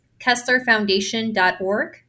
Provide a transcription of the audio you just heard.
KesslerFoundation.org